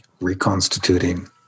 reconstituting